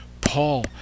Paul